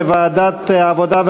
לדיון מוקדם בוועדת העבודה,